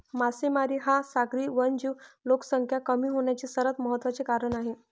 मासेमारी हा सागरी वन्यजीव लोकसंख्या कमी होण्याचे सर्वात महत्त्वाचे कारण आहे